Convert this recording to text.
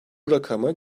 rakamı